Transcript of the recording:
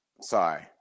sorry